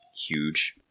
huge